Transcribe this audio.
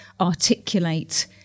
articulate